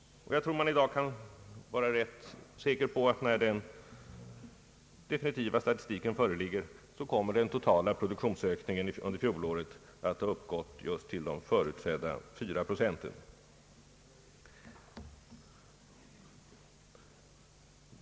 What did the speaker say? Jag tror att man i dag kan vara rätt säker på att det kommer att visa sig, när den definitiva statistiken föreligger, att den totala produktionsökningen under fjolåret har uppgått just till de förutsedda 4 procenten.